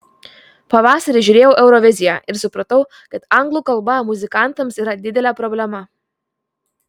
pavasarį žiūrėjau euroviziją ir supratau kad anglų kalba muzikantams yra didelė problema